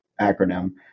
acronym